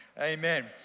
Amen